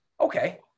okay